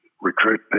recruit